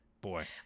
Boy